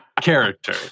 character